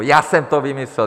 Já jsem to vymyslel.